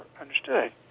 understood